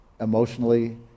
Emotionally